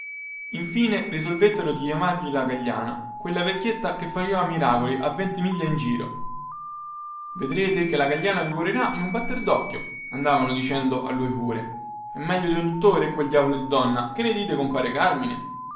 infine risolvettero di chiamargli la gagliana quella vecchietta che faceva miracoli a venti miglia in giro vedrete che la gagliana vi guarirà in un batter docchio andavano dicendo a lui pure è meglio di un dottore quel diavolo di donna cosa ne dite compare carmine